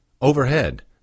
Overhead